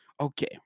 Okay